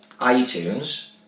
iTunes